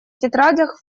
тетрадях